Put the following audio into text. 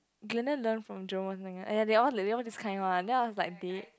glendon learn from John !aiya! they all they all like this kind then one I was like dead